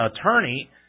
attorney